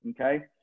okay